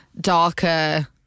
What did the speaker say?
darker